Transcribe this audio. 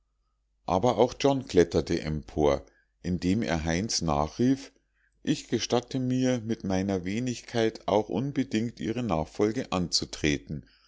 aber auch john kletterte empor indem er heinz nachrief ich gestatte mir mit meiner wenigkeit auch unbedingt ihre nachfolge anzutreten